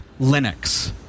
Linux